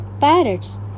parrots